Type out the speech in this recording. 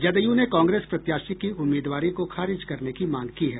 जदयू ने कांग्रेस प्रत्याशी की उम्मीदवारी को खारिज करने की मांग की है